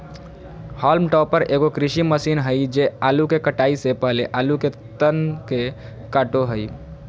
haulm topper एगो कृषि मशीन हइ जे आलू के कटाई से पहले आलू के तन के काटो हइ